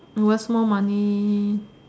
waste more money